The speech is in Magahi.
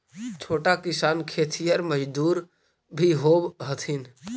छोटा किसान खेतिहर मजदूर भी होवऽ हथिन